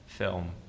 film